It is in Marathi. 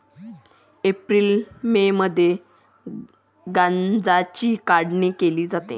एप्रिल मे मध्ये गांजाची काढणी केली जाते